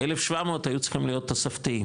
ה-1,700 היו צריכים להיות תוספתיים